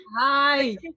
Hi